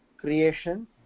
creation